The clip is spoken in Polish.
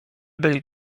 byli